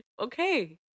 Okay